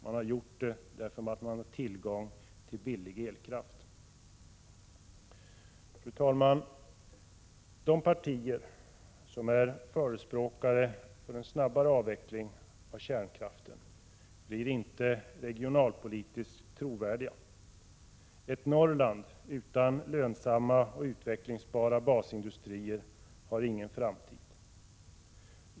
Man har gjort det därför att man där har tillgång till billig elkraft. Fru talman! De partier som är förespråkare för en snabbare avveckling av kärnkraften blir inte regionalpolitiskt trovärdiga. Ett Norrland utan lönsamma och utvecklingsbara basindustrier har ingen framtid.